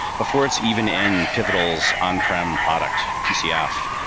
before it's even in pivotal's on-prem product, pcf,